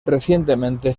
recientemente